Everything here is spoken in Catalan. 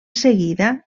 seguida